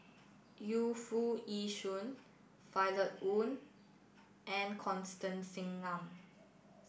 Yu Foo Yee Shoon Violet Oon and Constance Singam